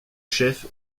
chef